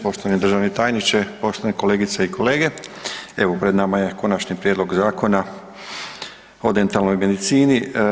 Poštovani državni tajniče, poštovane kolegice i kolege, evo pred nama je Konačni prijedlog Zakona o dentalnoj medicini.